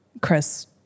Chris